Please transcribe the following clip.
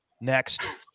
next